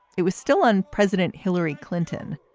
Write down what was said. it was still on president hillary clinton.